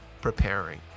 preparing